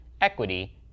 equity